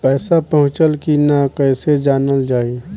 पैसा पहुचल की न कैसे जानल जाइ?